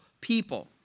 people